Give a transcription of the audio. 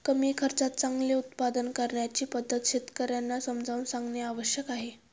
कमी खर्चात चांगले उत्पादन करण्याची पद्धत शेतकर्यांना समजावून सांगणे आवश्यक आहे